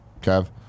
Kev